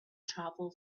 travel